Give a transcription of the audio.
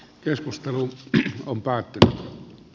keskustelu on kaikki